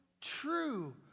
true